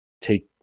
take